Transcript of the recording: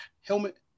helmet